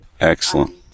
Excellent